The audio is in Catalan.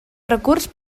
recurs